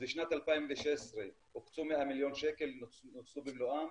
בשנת 2016 הוקצו 100 מיליון שקל ונוצלו במלואם.